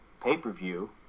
pay-per-view